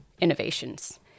innovations